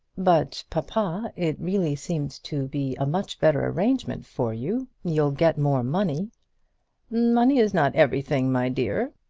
but, papa, it really seems to be a much better arrangement for you. you'll get more money money is not everything, my dear.